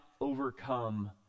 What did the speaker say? overcome